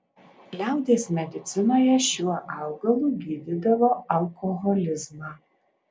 liaudies medicinoje šiuo augalu gydydavo alkoholizmą